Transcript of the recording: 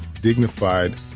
dignified